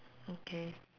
okay